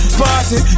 party